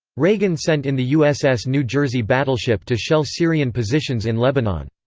reagan sent in the uss new jersey battleship to shell syrian positions in lebanon.